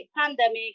pandemic